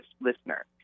listener